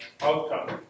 outcome